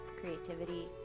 creativity